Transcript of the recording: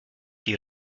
die